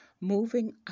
Moving